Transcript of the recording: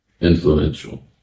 influential